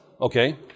Okay